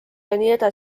jne